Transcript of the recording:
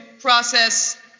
process